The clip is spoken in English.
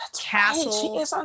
castle